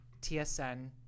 tsn